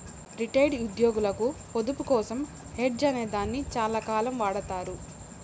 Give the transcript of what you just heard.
retired ఉద్యోగులకు పొదుపు కోసం హెడ్జ్ అనే దాన్ని చాలాకాలం వాడతారు